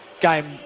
game